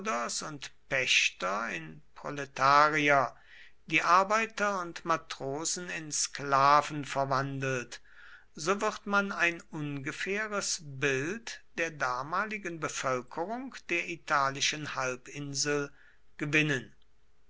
und pächter in proletarier die arbeiter und matrosen in sklaven verwandelt so wird man ein ungefähres bild der damaligen bevölkerung der italischen halbinsel gewinnen